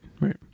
right